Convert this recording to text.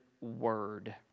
word